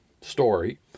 story